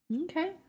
Okay